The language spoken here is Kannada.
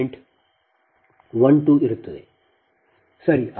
12 ಬರುತ್ತದೆ ಸರಿ